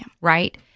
right